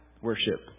worship